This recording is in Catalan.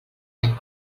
any